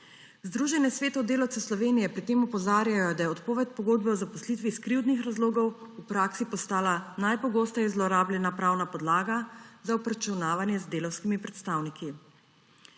Združenje svetov delavcev Slovenije pri tem opozarja, da je odpoved pogodbe o zaposlitvi iz krivdnih razlogov v praksi postala najpogosteje zlorabljena pravna podlaga za obračunavanje z delavskimi predstavniki.